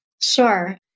Sure